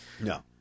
No